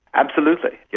absolutely. yeah